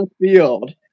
field